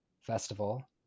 Festival